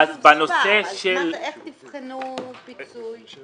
איך תבחנו פיצוי?